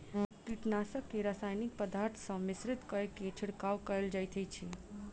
कीटनाशक के रासायनिक पदार्थ सॅ मिश्रित कय के छिड़काव कयल जाइत अछि